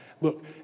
Look